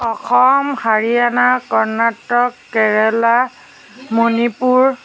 Assam Haryana Karnataka Kerala Manipur